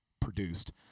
produced